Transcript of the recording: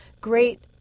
great